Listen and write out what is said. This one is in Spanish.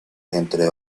entre